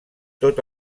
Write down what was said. tot